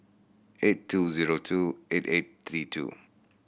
eight two zero two eight eight three two